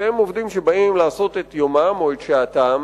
שהם עובדים שבאים לעשות את יומם או את שעתם